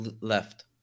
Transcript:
left